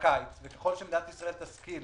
וככל שמדינת ישראל תשכיל